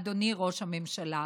אדוני ראש הממשלה,